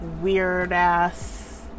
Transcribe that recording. weird-ass